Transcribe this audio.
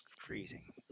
Freezing